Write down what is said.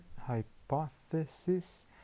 hypothesis